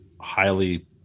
highly